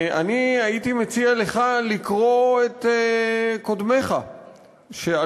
אני הייתי מציע לך לקרוא את דברי קודמיך שעלו